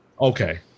Okay